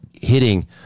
hitting